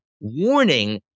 warning